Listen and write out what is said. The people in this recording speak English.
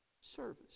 service